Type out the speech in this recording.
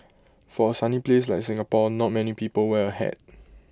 for A sunny place like Singapore not many people wear A hat